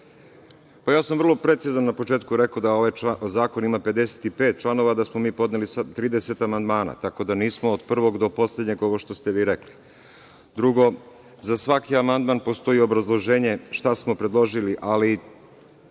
Pa, ja sam vrlo precizno na početku rekao da ovaj zakon ima 55 članova, a da smo mi podneli samo 30 amandmana, tako da nismo od prvog do poslednjeg, ovo što ste vi rekli. Drugo, za svaki amandman postoji obrazloženje šta smo predložili, ali